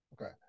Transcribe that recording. Okay